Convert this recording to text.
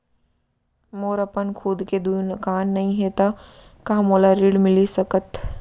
मोर अपन खुद के दुकान नई हे त का मोला ऋण मिलिस सकत?